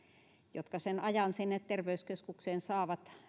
jotka sen ajan sinne terveyskeskukseen saavat